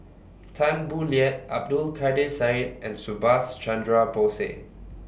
Tan Boo Liat Abdul Kadir Syed and Subhas Chandra Bose